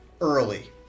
early